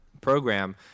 program